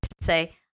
say